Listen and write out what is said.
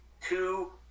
Two